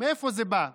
מאיפה זה בא?